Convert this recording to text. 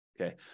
okay